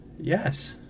Yes